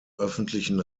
öffentlichen